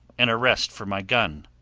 and a rest for my gun,